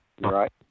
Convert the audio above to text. right